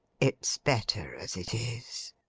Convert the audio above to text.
it's better as it is